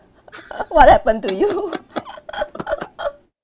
what happened to you